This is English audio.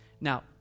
Now